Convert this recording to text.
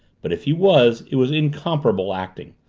but if he was, it was incomparable acting.